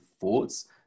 thoughts